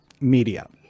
media